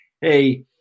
Hey